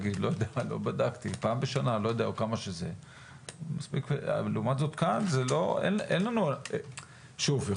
לעומת זאת כאן שוב,